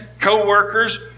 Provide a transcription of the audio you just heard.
co-workers